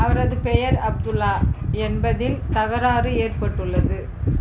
அவரது பெயர் அப்துல்லா என்பதில் தகராறு ஏற்பட்டுள்ளது